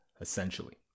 essentially